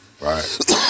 Right